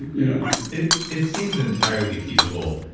you know it it seems entirely feasible.